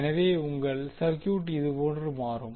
எனவே உங்கள் சர்க்யூட் இதுபோன்று மாறும்